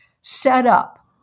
setup